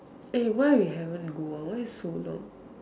eh why we haven't go ah why is it so long